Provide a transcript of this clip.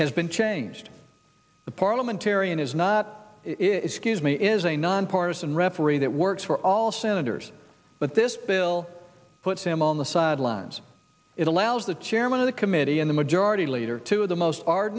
has been changed the parliamentarian is not excuse me is a nonpartisan that works for all senators but this bill puts him on the sidelines it allows the chairman of the committee and the majority leader two of the most ar